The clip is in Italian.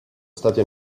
stati